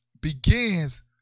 begins